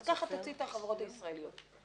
כך תוציא את החברות הישראליות.